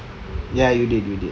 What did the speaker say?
ya you did you did